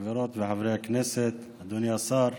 זאת הזדמנות ראשונה לאחל לך הצלחה בתפקיד.